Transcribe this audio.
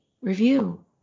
review